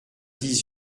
dix